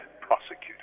prosecuted